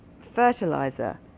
fertilizer